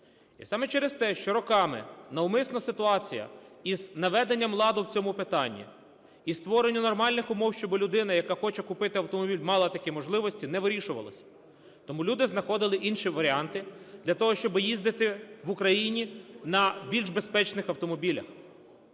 І саме через те, що роками навмисне ситуація з наведення ладу в цьому питанні, із створення нормальних умов, щоби людина, яка хоче купити автомобіль, мала такі можливості, не вирішувалась. Тому люди знаходили інші варіанти для того, щоби їздити в Україні на більш безпечних автомобілях.